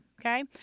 okay